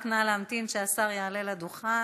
רק נא להמתין שהשר יעלה לדוכן.